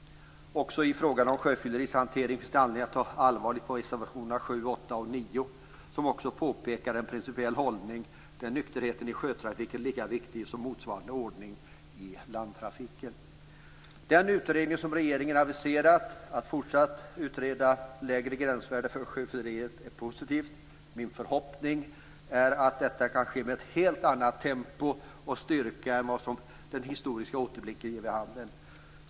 I fråga om sjöfylleriets hantering finns det anledning att ta allvarligt på reservationerna 7, 8 och 9, där man påpekar att det skall vara en principiell hållning: Nykterheten i sjötrafiken skall vara lika viktig som nykterheten i landtrafiken. Den utredning som regeringen aviserar, att man fortsatt skall utreda lägre gränsvärden för sjöfylleriet, är positiv. Min förhoppning är att detta skall kunna ske med ett helt annat tempo och en helt annan styrka än vad den historiska återblicken ger vid handen.